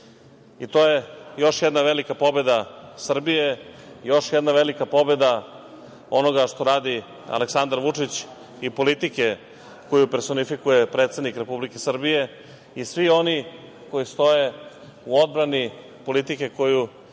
i to je još jedna velika pobeda Srbije, još jedna velika pobeda onoga što radi Aleksandar Vučić i politike koju personifikuje predsednik Republike Srbije i svi oni koji stoje u odbrani politike koju